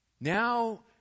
Now